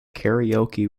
karaoke